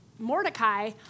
Mordecai